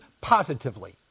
positively